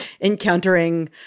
encountering